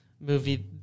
movie